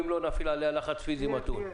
ואם לא נפעיל עליה לחץ פיזי מתון.